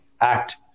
act